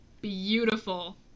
Beautiful